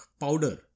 powder